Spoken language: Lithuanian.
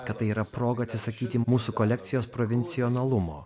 kad tai yra proga atsisakyti mūsų kolekcijos provincionalumo